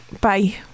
Bye